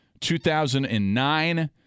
2009